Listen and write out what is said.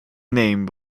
name